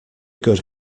good